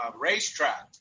racetrack